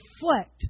reflect